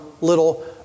little